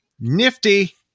nifty